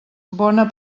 bona